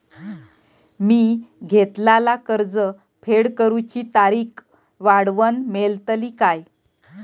मी घेतलाला कर्ज फेड करूची तारिक वाढवन मेलतली काय?